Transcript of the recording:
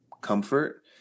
comfort